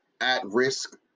at-risk